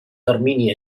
termini